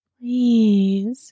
Please